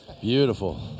beautiful